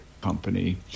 company